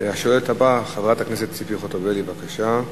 השואלת הבאה, חברת הכנסת ציפי חוטובלי, בבקשה.